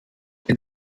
den